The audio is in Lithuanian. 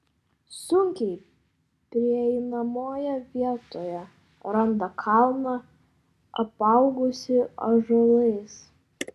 sunkiai prieinamoje vietoje randa kalną apaugusį ąžuolais